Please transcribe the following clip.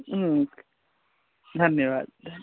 धन्यवाद